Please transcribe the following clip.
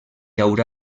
haurà